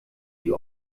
die